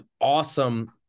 awesome –